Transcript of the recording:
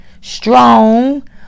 strong